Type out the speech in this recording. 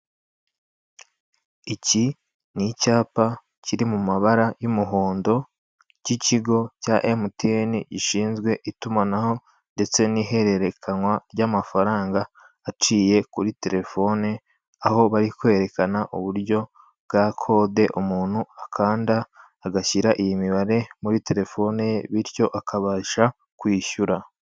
Iki n'icyapa kiri mu mabara y'umuhondo cy'ikigo cya MTN gishinzwe itumanaho ndetse n'ihererekanywa ry'amafaranga aciye kuri telefone aho bari kwerekana uburyo bwa kode umuntu akanda agashyira iyi mibare muri telefone ye bityo akabasha kwishyura.